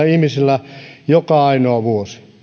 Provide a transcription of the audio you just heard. ihmisillä joka ainoa vuosi